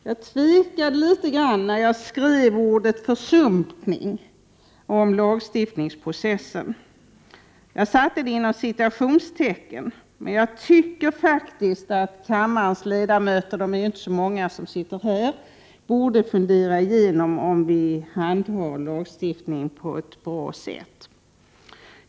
Jag tvekade litet när jag skrev ordet ”försumpning” om lagstiftningsprocessen. Jag satte det inom citationstecken, men jag tycker faktiskt att kammarens ledamöter — det är nu inte så många av dem som sitter här — borde fundera över om vi handhar lagstiftningsarbetet på ett bra sätt.